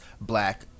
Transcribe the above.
black